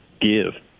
give